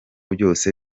byose